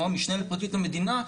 או המשנה לפרקליט המדינה,